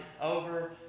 over